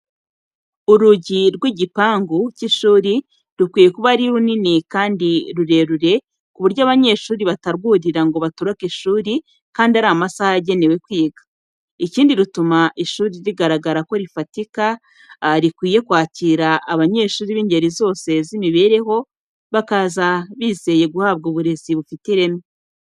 Urugi rw'igipangu cy'ishuri rukwiye kuba ari runini kandi rurerure ku buryo abanyeshuri batarwurira ngo batoroke ishuri kandi ari amasaha yagenewe kwiga, ikindi rutuma ishuri rigaragara ko rifatika, rukwiye kwakira abanyeshuri by' ingeri zose z'imibereho, bakaza bizeye guhabwa uburezi bufite Irene.